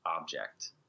object